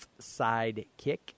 sidekick